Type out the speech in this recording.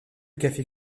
café